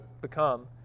become